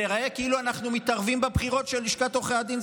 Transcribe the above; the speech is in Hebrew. ייראה כאילו אנחנו מתערבים בבחירות של לשכת עורכי הדין,